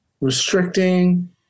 restricting